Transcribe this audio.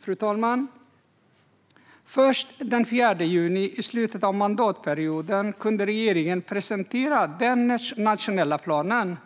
Fru talman! Först den 4 juni, i slutet av mandatperioden, kunde regeringen presentera den nationella planen.